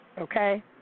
Okay